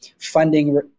funding